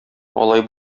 алай